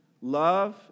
love